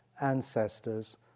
ancestors